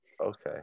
Okay